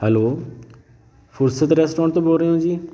hello Fursat restaurant ਤੋਂ ਬੋਲ ਰਹੇ ਹੋ ਜੀ